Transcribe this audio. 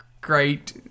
great